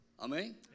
Amen